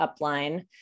upline